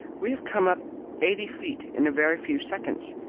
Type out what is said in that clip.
we have come up eighty feet in a very few seconds.